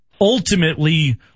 Ultimately